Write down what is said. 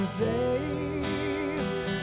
save